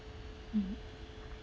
mm